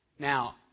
Now